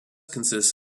consists